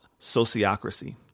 sociocracy